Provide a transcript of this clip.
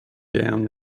down